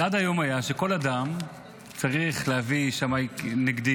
עד היום כל אדם היה צריך להביא שמאי נגדי